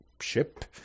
ship